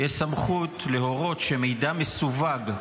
יש סמכות להורות שמידע מסווג,